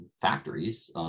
factories